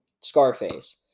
Scarface